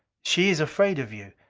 she is afraid of you.